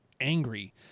angry